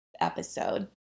episode